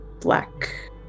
black